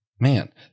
man